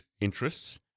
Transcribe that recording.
interests